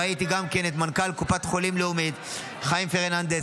ראיתי גם כן את מנכ"ל קופת חולים לאומית חיים פרננדס,